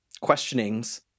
questionings